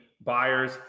buyers